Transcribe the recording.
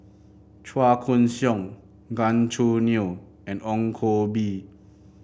Chua Koon Siong Gan Choo Neo and Ong Koh Bee